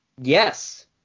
Yes